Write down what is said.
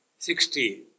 Sixty